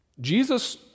Jesus